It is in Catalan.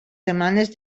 setmanes